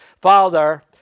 father